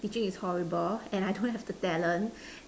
teaching is horrible and I don't have the talent